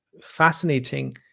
fascinating